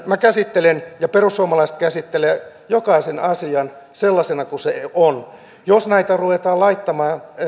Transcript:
minä käsittelen ja perussuomalaiset käsittelevät jokaisen asian sellaisena kuin se on jos ruvetaan